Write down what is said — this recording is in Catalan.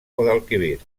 guadalquivir